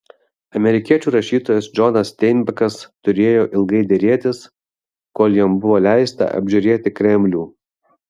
amerikiečių rašytojas džonas steinbekas turėjo ilgai derėtis kol jam buvo leista apžiūrėti kremlių